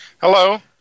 Hello